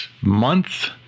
month